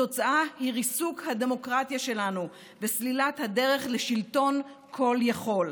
התוצאה היא ריסוק הדמוקרטיה שלנו וסלילת הדרך לשלטון כל-יכול,